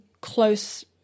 close